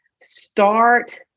Start